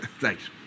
Thanks